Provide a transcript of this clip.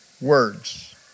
words